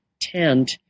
tent